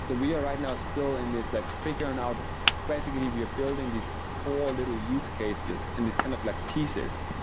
so we are right now still in this like figuring out basically, we are building these core little use cases and these kind of like pieces.